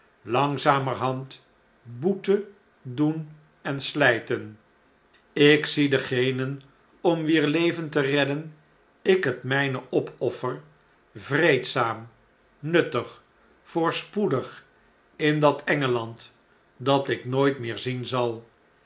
langzamerhand boete doen en slijten ik zie degenen om wier leven te redden ik het mjjne opoffer vreedzaam nuttig voorspoedig in dat e n g e a n d dat ik nooit moer zien zal